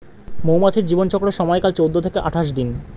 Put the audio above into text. মৌমাছির জীবন চক্রের সময়কাল চৌদ্দ থেকে আঠাশ দিন